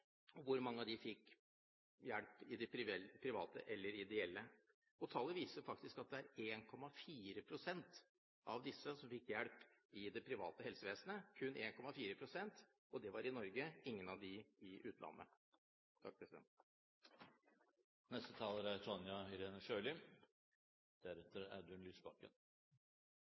hvor mange av dem som fikk hjelp via HELFO, og hvor mange av dem fikk hjelp i de private eller ideelle. Tallene viser faktisk at det var kun 1,4 pst. av disse som fikk hjelp i norsk helsevesen, og det var i Norge – ingen av dem i utlandet.